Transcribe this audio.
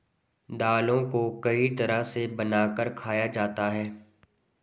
दालों को कई तरह से बनाकर खाया जाता है